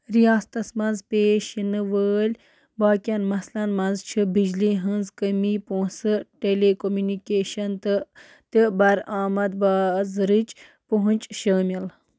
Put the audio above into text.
ریاستس منٛز پیش یِنہٕ وٲلۍ باقیَن مسلن منٛز چھِ بجلی ہٕنٛز کمی پۅنٛسہٕ ٹیلی کمیٛوٗنِکیشن تہٕ تہٕ بَرآمَد بازرٕچ پہنچ شٲمِل